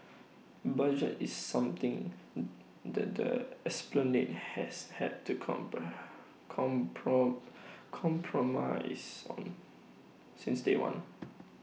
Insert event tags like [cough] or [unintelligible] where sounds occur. budget is something [hesitation] that the esplanade has had to [unintelligible] compromise on since day one